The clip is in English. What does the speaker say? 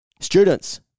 Students